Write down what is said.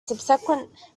subsequent